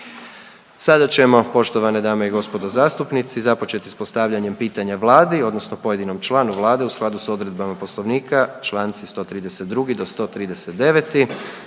Sada ćemo, poštovane dame i gospodo zastupnici, započeti s postavljanjem pitanja Vladi odnosno pojedinom članu Vlade u skladu s odredbama Poslovnika, čl. 132.-139.